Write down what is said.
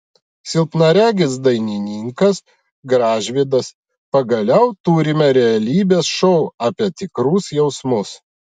silpnaregis dainininkas gražvydas pagaliau turime realybės šou apie tikrus jausmus